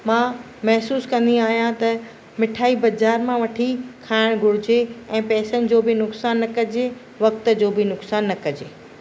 मां महसूसु कंदी आहियां त मिठाई बाज़ार मां वठी खाइण घुरिजे ऐं पैसनि जो बि नुक़सानु न कॼे वक़्त जो बि नुक़सानु न कॼे